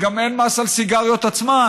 אבל גם אין מס על הסיגריות עצמן.